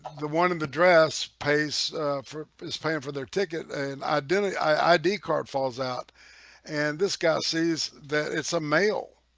the one in the dress pays for it's paying for their ticket and i did i id cart falls out and this guy sees that it's a male